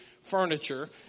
furniture